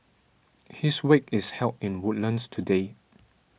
his wake is held in Woodlands today